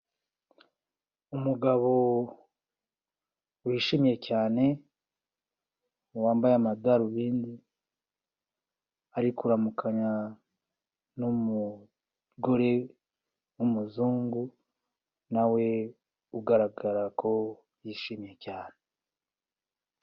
Umugabo wishimye cyane, wambaye amadarubindi, ari kuramukanya n'umugore w'umuzungu na we ugaragara ko yishimye cyane.